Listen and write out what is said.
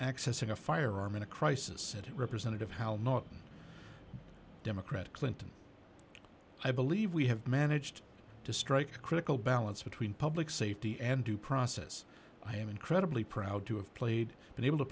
accessing a firearm in a crisis it representative how not democrat clinton i believe we have managed to strike a critical balance between public safety and due process i am incredibly proud to have played been able to